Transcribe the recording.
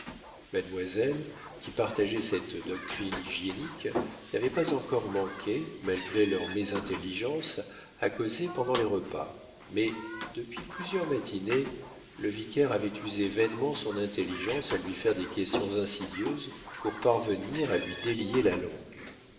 mademoiselle qui partageait cette doctrine hygiénique n'avait pas encore manqué malgré leur mésintelligence à causer pendant les repas mais depuis plusieurs matinées le vicaire avait usé vainement son intelligence à lui faire des questions insidieuses pour parvenir à lui délier la langue